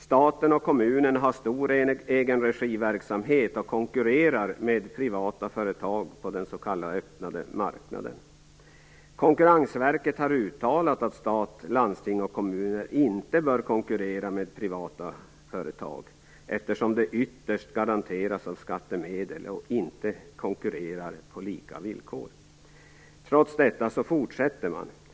Staten och kommunerna har stor egenregiverksamhet och konkurrerar med privata företag på den s.k. öppna marknaden. Konkurrensverket har uttalat att stat, landsting och kommuner inte bör konkurrera med privata företag, eftersom de ytterst garanteras av skattemedel och inte konkurrerar på lika villkor. Trots detta fortsätter man.